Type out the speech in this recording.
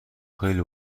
خیلی